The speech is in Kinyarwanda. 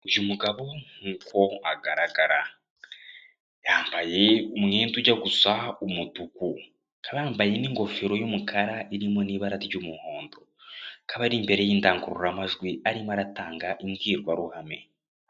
Uyu mugabo nk'uko agaragara yambaye umwenda ujya gusa umutuku, akaba yambaye n'ingofero y'umukara irimo n'ibara ry'umuhondo, akaba ari imbere y'indangururamajwi arimo aratanga imbwirwaruhame.